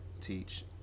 teach